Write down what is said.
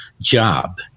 job